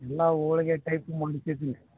ಎಲ್ಲ ಹೋಳಿಗೆ ಟೈಪ್ ಮಾಡ್ಸಿದ್ದೀನಿ